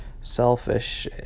selfish